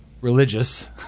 religious